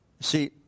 See